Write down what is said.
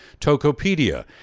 Tokopedia